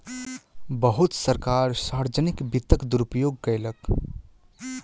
बहुत सरकार सार्वजनिक वित्तक दुरूपयोग कयलक